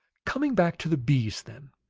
coming back to the bees, then,